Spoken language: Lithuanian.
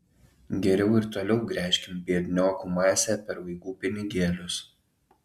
geriau ir toliau gręžkim biedniokų masę per vaikų pinigėlius